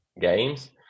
games